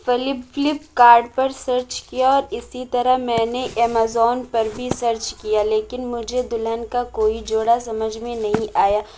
flip Flipkart پر search کیا اسی طرح میں نے امازون پر بھی سرچ کیا لیکن مجھے دلہن کا کوئی جوڑا سمجھ میں نہیں آیا